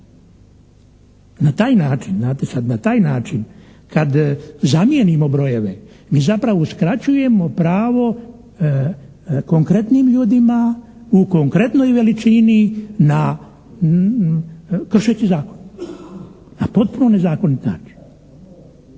Na taj način kad zamijenimo brojeve mi zapravo uskraćujemo pravo konkretnim ljudima u konkretnoj veličini kršeći zakon na potpuno nezakonit način.